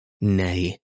Nay